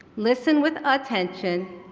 listen with attention,